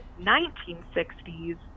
1960s